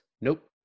Nope